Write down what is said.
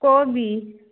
कोबी